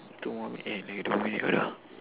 two more eh lagi dua lagi lah